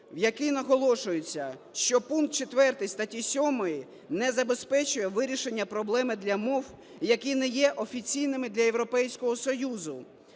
в яких наголошується, що пункт 4 статті 7 не забезпечує вирішення проблеми для мов, які не є офіційними для Європейського Союзу,